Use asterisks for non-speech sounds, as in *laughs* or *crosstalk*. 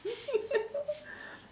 *laughs* *breath*